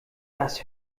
das